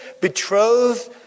Betrothed